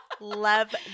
love